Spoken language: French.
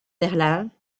berlin